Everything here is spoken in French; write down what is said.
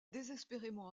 désespérément